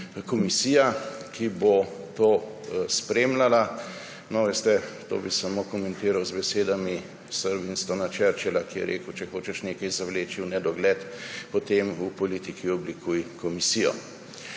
komisija, ki bo to spremljala. No, veste, to bi samo komentiral z besedami Winstona Churchilla, ki je rekel, če hočeš nekaj zavleči v nedogled, potem v politiki oblikuj komisijo.